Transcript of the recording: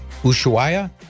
Ushuaia